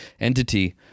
entity